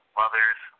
mothers